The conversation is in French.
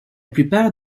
plupart